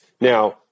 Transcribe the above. Now